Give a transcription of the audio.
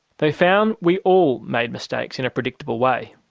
they found we all made mistakes in a predictable way.